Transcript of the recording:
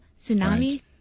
tsunami